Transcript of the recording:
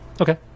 Okay